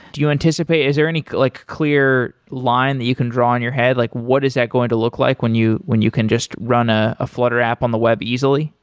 do you anticipate is there any like clear line that you can draw on your head, like what is that going to look like when you when you can just run a flutter app on the web easily?